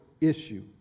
issue